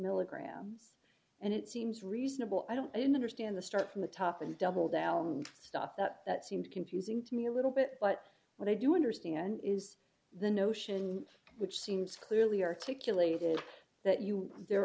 milligrams and it seems reasonable i don't i don't understand the start from the top and double down stuff that seemed confusing to me a little bit but what i do understand is the notion which seems clearly articulated that you there